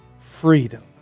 Freedom